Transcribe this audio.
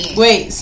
wait